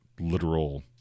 literal